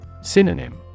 Synonym